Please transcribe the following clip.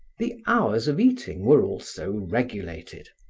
the hours of eating were also regulated.